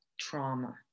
trauma